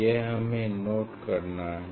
यह हमें नोट करना है